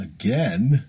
again